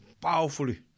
powerfully